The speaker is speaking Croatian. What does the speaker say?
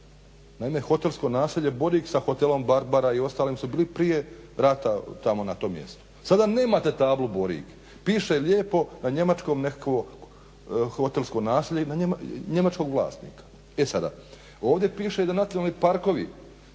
Naime hotelsko naselje Borik sa hotelom Barbara i ostalim su bili prije rata tamo na tom mjestu, sada nemate tablu Borik. Piše lijepo na njemačkom nekakvo hotelsko naselje njemačkog vlasnika. E sada ovdje piše da nacionalni parkovi